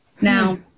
now